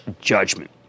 judgment